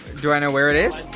do i know where it is?